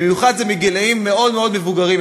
ובמיוחד גילים מאוד מאוד מבוגרים,